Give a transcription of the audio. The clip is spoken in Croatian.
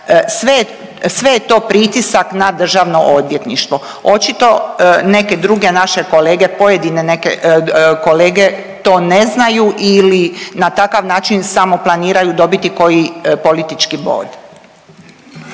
sve je to pritisak na Državno odvjetništvo. Očito neke druge naše kolege pojedine neke kolege to ne znaju ili na takav način samo planiraju dobiti koji politički bod.